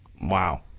Wow